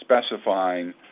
specifying